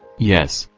yes,